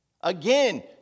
Again